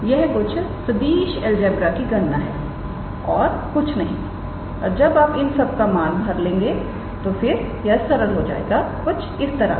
यह कुछ सदिश अलजेब्रा की गणना है और कुछ नहीं और जब आप इन सब का मान भर लेंगे तो फिर यह सरल हो जाएगा कुछ इस तरह से